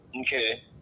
Okay